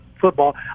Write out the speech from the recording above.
football